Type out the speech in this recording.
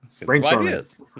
Brainstorming